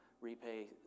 repay